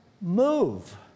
move